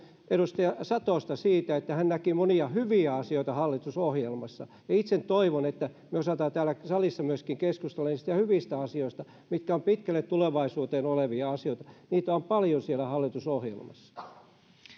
edustaja satosta siitä että hän näki monia hyviä asioita hallitusohjelmassa itse toivon että me osaamme täällä salissa keskustella myöskin niistä hyvistä asioista mitkä ovat pitkälle tulevaisuuteen olevia asioita niitä on paljon siellä hallitusohjelmassa